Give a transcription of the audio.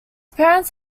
parents